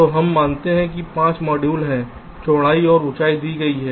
तो हम मानते हैं कि 5 मॉड्यूल हैं चौड़ाई और ऊंचाई दी गई है